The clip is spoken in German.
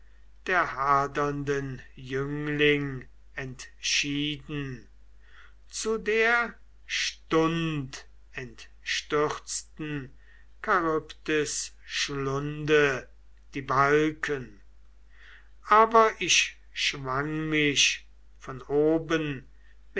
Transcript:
der hadernden jüngling entschieden zu der stund entstürzten charybdis schlunde die balken aber ich schwang mich von oben